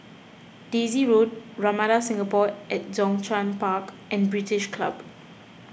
Daisy Road Ramada Singapore at Zhongshan Park and British Club